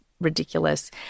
ridiculous